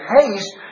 haste